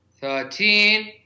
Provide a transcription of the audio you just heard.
Thirteen